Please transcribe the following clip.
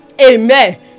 Amen